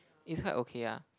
is quite okay ah